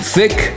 Thick